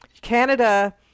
canada